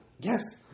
Yes